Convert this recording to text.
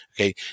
okay